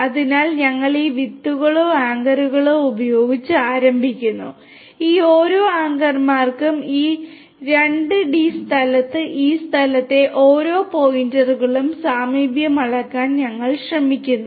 അതിനാൽ ഞങ്ങൾ ഈ വിത്തുകളോ ആങ്കറുകളോ ഉപയോഗിച്ച് ആരംഭിക്കുന്നു ഈ ഓരോ ആങ്കർമാർക്കും ഈ 2D സ്ഥലത്ത് ഈ സ്ഥലത്തെ ഓരോ പോയിന്റുകളുടെയും സാമീപ്യം അളക്കാൻ ഞങ്ങൾ ശ്രമിക്കുന്നു